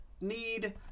need